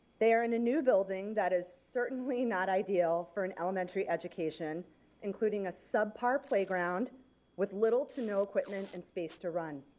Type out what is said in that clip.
they are in a new building that is certainly not ideal for an elementary education including a sub-par playground with little to no equipment and space to run.